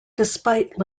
despite